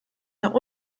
nach